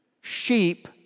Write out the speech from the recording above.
sheep